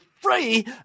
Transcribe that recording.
free